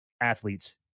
athletes